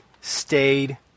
stayed